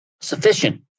sufficient